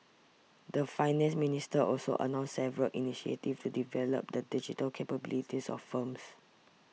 the Finance Minister also announced several initiatives to develop the digital capabilities of firms